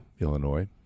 Illinois